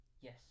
Yes